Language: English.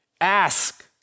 Ask